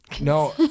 No